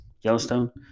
Yellowstone